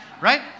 right